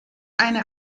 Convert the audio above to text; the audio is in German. eine